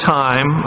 time